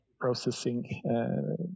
processing